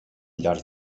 llarg